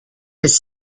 his